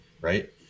right